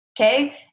Okay